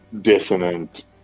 dissonant